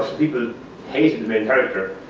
people hated the main character,